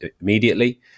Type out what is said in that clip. immediately